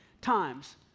times